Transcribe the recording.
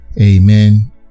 amen